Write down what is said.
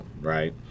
right